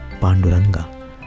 Panduranga